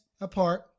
apart